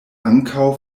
ankaŭ